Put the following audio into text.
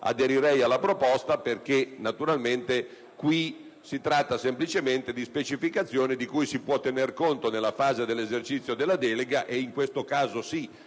aderirei alla proposta, perché nell'emendamento è contenuta semplicemente una specificazione di cui si può tener conto nella fase dell'esercizio della delega e, in questo caso, sia